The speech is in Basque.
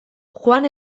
juan